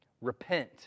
Repent